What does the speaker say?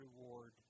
reward